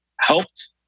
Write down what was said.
helped